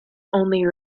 only